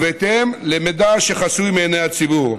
בהתאם למידע שחסוי מעיני הציבור.